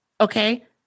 okay